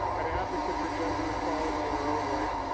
an advocate for gender equality in her own right.